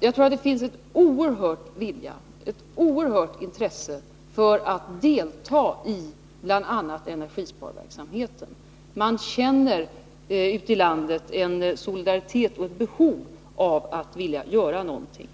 Jag tror att det finns ett oerhört intresse för att delta i bl.a. energisparverksamheten. Man känner ute i landet en solidaritet och ett behov av att göra någonting.